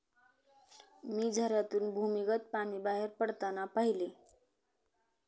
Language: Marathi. मी झऱ्यातून भूमिगत पाणी बाहेर पडताना पाहिले